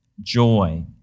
joy